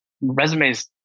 resumes